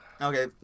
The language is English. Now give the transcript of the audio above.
Okay